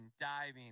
diving